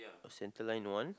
center line one